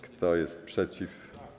Kto jest przeciw?